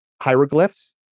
hieroglyphs